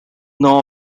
now